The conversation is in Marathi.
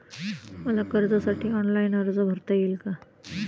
मला कर्जासाठी ऑनलाइन अर्ज भरता येईल का?